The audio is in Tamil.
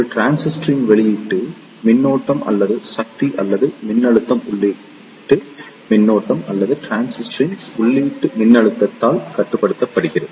ஒரு டிரான்சிஸ்டரின் வெளியீட்டு மின்னோட்டம் அல்லது சக்தி அல்லது மின்னழுத்தம் உள்ளீட்டு மின்னோட்டம் அல்லது டிரான்சிஸ்டரின் உள்ளீட்டு மின்னழுத்தத்தால் கட்டுப்படுத்தப்படுகிறது